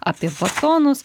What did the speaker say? apie batonus